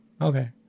Okay